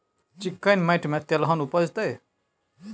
चिक्कैन माटी में तेलहन उपजतै?